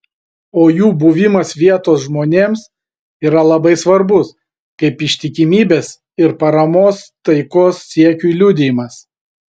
o jų buvimas vietos žmonėms yra labai svarbus kaip ištikimybės ir paramos taikos siekiui liudijimas